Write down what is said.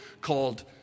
called